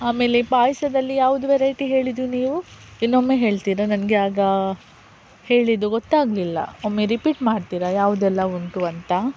ಆಮೇಲೆ ಪಾಯಸದಲ್ಲಿ ಯಾವುದು ವೆರೈಟಿ ಹೇಳಿದ್ದು ನೀವು ಇನ್ನೊಮ್ಮೆ ಹೇಳ್ತೀರಾ ನನಗೆ ಆಗ ಹೇಳಿದ್ದು ಗೊತ್ತಾಗಲಿಲ್ಲ ಒಮ್ಮೆ ರಿಪೀಟ್ ಮಾಡ್ತೀರಾ ಯಾವುದೆಲ್ಲ ಉಂಟು ಅಂತ